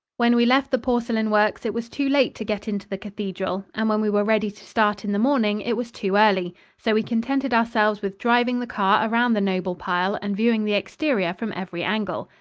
when we left the porcelain works it was too late to get into the cathedral, and when we were ready to start in the morning it was too early. so we contented ourselves with driving the car around the noble pile and viewing the exterior from every angle.